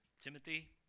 Timothy